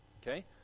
okay